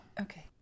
Okay